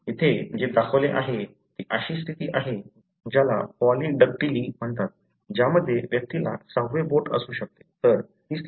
येथे जे दाखवले आहे ती अशी स्थिती आहे ज्याला पॉलीडॅक्टिली म्हणतात ज्यामध्ये व्यक्तीला सहावे बोट असू शकते